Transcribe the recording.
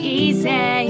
easy